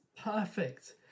perfect